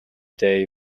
day